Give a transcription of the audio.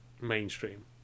mainstream